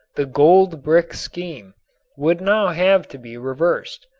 the gold brick scheme would now have to be reversed,